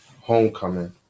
homecoming